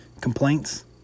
Complaints